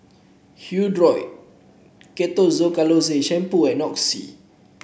Hirudoid Ketoconazole Shampoo and Oxy